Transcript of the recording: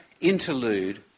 interlude